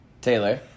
Taylor